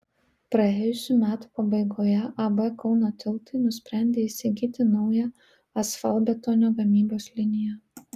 praėjusių metų pabaigoje ab kauno tiltai nusprendė įsigyti naują asfaltbetonio gamybos liniją